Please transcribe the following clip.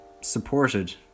supported